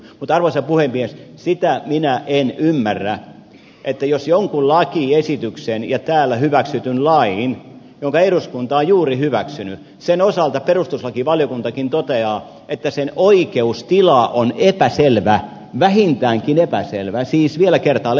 mutta arvoisa puhemies sitä minä en ymmärrä että jos jonkun lakiesityksen ja täällä hyväksytyn lain jonka eduskunta on juuri hyväksynyt osalta perustuslakivaliokuntakin toteaa että sen oikeustila on epäselvä vähintäänkin epäselvä siis vielä kertaalleen